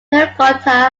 terracotta